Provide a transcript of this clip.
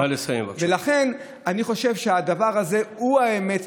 ולכן אני חושב שהדבר הזה הוא האמת,